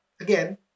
again